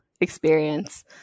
experience